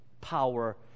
power